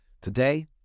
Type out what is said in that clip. Today